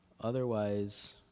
Otherwise